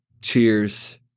cheers